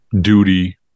duty